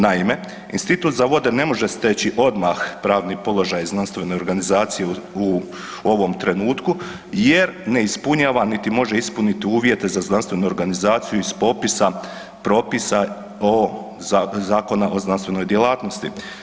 Naime, Institut za vode ne može steći odmah pravni položaj znanstvene organizacije u ovom jer ne ispunjava niti može ispuniti uvjete za znanstvenu organizaciju iz propisa Zakona o znanstvenoj djelatnosti.